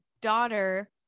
daughter